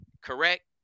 correct